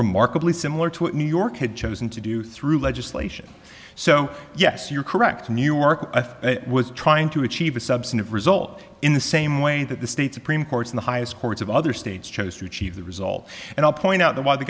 remarkably similar to what new york had chosen to do through legislation so yes you're correct new york was trying to achieve a substantive result in the same way that the state supreme court in the highest courts of other states chose to achieve the result and i'll point out that